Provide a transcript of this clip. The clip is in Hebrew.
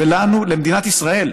ולנו, למדינת ישראל,